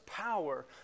power